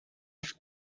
auf